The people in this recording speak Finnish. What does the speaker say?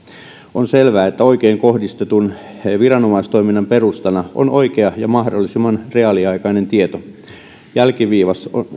on selvää että oikein kohdistetun viranomaistoiminnan perustana on oikea ja mahdollisimman reaaliaikainen tieto jälkiviisas